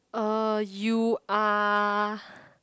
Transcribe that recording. uh you are